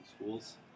Schools